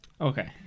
Okay